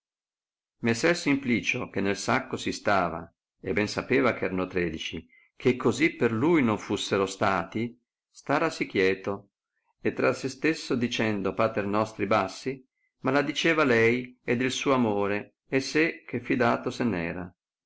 messer simplicio che nel sacco si stava e ben sapeva che erano tredeci che così per lui non fussero stati starasi cheto e tra se stesso dicendo pater nostri bassi maladiceva lei ed il suo amore e sé che fidato se n era